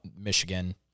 Michigan